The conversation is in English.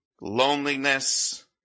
loneliness